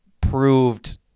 proved